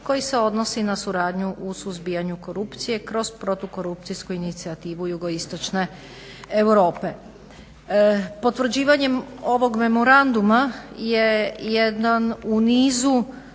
koji se odnosi na suradnju u suzbijanju korupcije kroz protukorupcijsku inicijativu Jugoistočne Europe. Potvrđivanjem ovog memoranduma je jedan u nizu